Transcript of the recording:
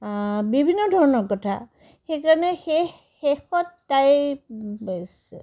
বিভিন্ন ধৰণৰ কথা সেইকাৰণে শেষ শেষত তাইৰ ইচ